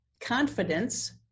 confidence